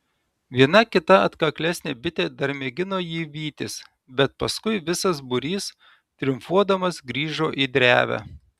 viena kita atkaklesnė bitė dar mėgino jį vytis bet paskui visas būrys triumfuodamas grįžo į drevę